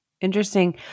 Interesting